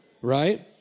right